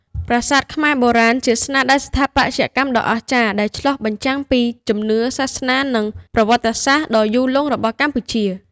ប្រាសាទខ្មែរបុរាណជាស្នាដៃស្ថាបត្យកម្មដ៏អស្ចារ្យ ដែលឆ្លុះបញ្ចាំងពីជំនឿ សាសនា និងប្រវត្តិសាស្ត្រដ៏យូរលង់របស់កម្ពុជា។